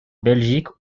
belgique